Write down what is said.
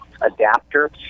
adapter